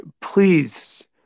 please